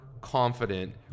confident